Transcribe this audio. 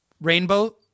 rainbow